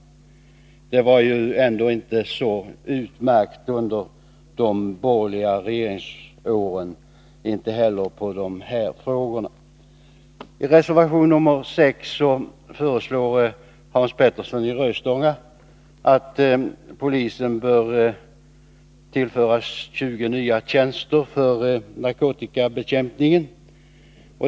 Läget var inte så utmärkt under de borgerliga regeringsåren, inte heller beträffande dessa frågor. I reservation 6 föreslår Hans Petersson i Röstånga att polisen bör tillföras 20 nya tjänster för narkotikabekämpningen.